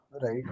right